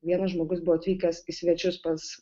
vienas žmogus buvo atvykęs į svečius pas